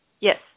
yes